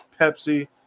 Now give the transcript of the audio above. Pepsi